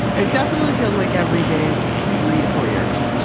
it definitely feels like every day is three to four years,